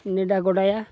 ᱱᱮᱰᱟ ᱜᱚᱸᱰᱟᱭᱟ